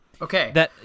Okay